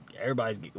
everybody's